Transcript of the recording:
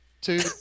Two